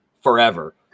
forever